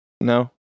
No